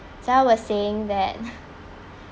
so I was saying that